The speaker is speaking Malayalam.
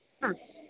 ആ